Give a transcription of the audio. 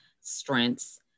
strengths